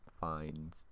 find